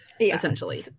essentially